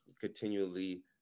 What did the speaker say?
continually